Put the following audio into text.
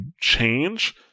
change